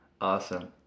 Awesome